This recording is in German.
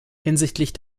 hinsichtlich